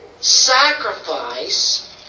sacrifice